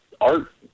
art